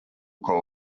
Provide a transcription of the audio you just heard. call